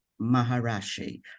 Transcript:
maharashi